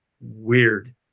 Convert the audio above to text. Weird